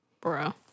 bro